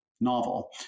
novel